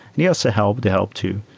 they also help. they help too,